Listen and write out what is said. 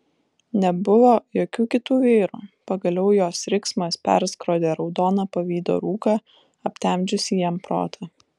nebuvo jokių kitų vyrų pagaliau jos riksmas perskrodė raudoną pavydo rūką aptemdžiusį jam protą